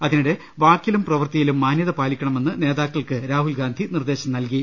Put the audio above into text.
അതിനിടെ വാക്കിലും പ്രവ്ൃത്തിയിലും മാനൃത പാലിക്കണ മെന്ന് നേതാക്കൾക്ക് രാഹുൽഗാന്ധി നിർദ്ദേശം നൽകി